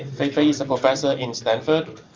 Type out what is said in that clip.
fei-fei is a professor in stanford.